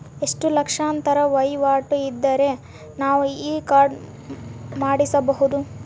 ಎಷ್ಟು ಲಕ್ಷಾಂತರ ವಹಿವಾಟು ಇದ್ದರೆ ನಾವು ಈ ಕಾರ್ಡ್ ಮಾಡಿಸಬಹುದು?